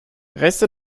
reste